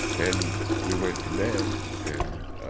and we went to bed. and